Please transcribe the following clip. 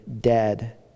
dead